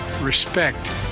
respect